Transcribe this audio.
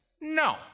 no